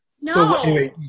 No